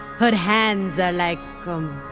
her hands are like, um,